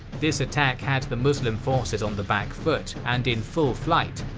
this attack had the muslim forces on the back foot and in full flight.